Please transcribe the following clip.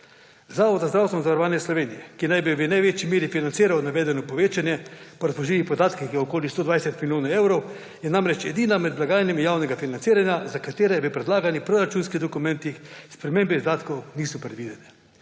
Zavod za zdravstveno zavarovanje Slovenije, ki naj bi v največji meri financiral navedeno povečanje, po razpoložljivih podatkih je okoli 120 milijonov evrov, je namreč edini med blagajnami javnega financiranja, za katero v predlaganih proračunskih dokumentih spremembe izdatkov niso predvidene.